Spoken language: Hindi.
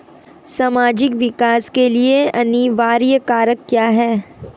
सामाजिक विकास के लिए अनिवार्य कारक क्या है?